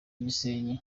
gisenyi